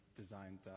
designed